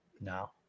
No